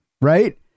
right